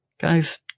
guys